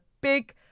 big